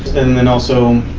and then, also,